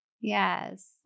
Yes